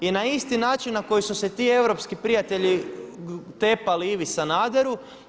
I na isti način na koji su se ti europski prijatelji tepali Ivi Sanaderu.